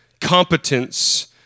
competence